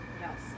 yes